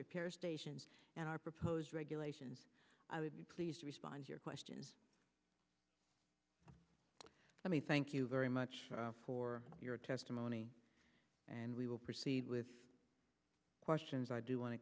repair stations and our proposed regulations i would be pleased to respond to your questions let me thank you very much for your testimony and we will proceed with questions i do want to